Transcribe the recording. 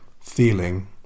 feeling